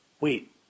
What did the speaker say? Wait